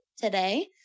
today